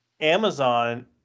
Amazon